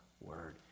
Word